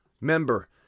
member